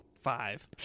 five